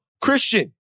Christian